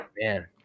Man